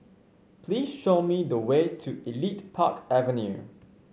please show me the way to Elite Park Avenue